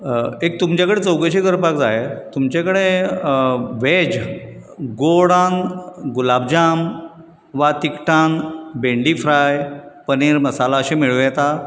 अं एक तुमचे कडेन चोवकशी करपाक जाय तुमचेे कडेन अं वेज अं गोडान गुलाबजाम वा तिकटांक भेंडी फ्राय पनीर मसाला अशें मेळू येता